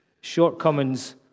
shortcomings